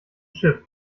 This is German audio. schiff